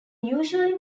usually